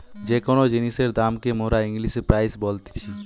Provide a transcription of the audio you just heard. যে কোন জিনিসের দাম কে মোরা ইংলিশে প্রাইস বলতিছি